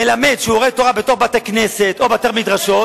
מלמד שיעורי תורה בתוך בתי-כנסת או בתי-מדרשות,